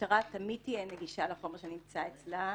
המשטרה תמיד תהיה נגישה לחומר שנמצא אצלה,